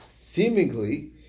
seemingly